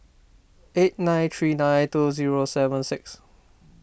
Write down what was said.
eight nine three nine two zero seven six